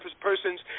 persons